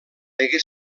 degué